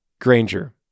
Granger